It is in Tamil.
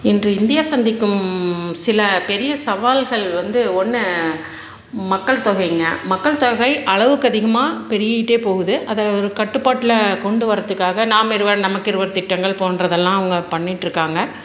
இன்று இந்தியா சந்திக்கும் சில பெரிய சவால்கள் வந்து ஒன்று மக்கள்தொகைங்க மக்கள்தொகை அளவுக்கதிகமாக பெருகிக்கிட்டு போகுது அதை ஒரு கட்டுப்பாட்டில் கொண்டு வரத்துக்காக நாம் இருவர் நமக்கு இருவர் திட்டங்கள் போன்றதெல்லாம் அவங்க பண்ணிட்டுருக்காங்க